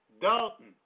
Dalton